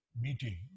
meeting